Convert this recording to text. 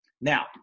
Now